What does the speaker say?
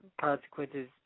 consequences